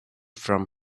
from